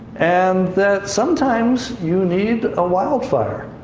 and that sometimes you need a wildfire.